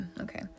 okay